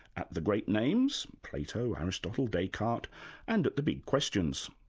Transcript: at the great names, plato, aristotle, descartes and at the big questions.